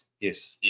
yes